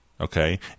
Okay